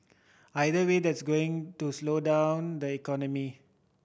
either way that's going to slow down the economy